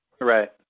Right